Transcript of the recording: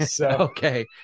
Okay